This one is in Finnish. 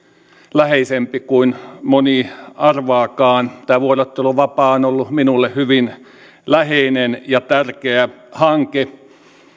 läheisempi kuin moni arvaakaan tämä vuorotteluvapaa on ollut minulle hyvin läheinen ja tärkeä hanke